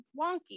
wonky